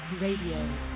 Radio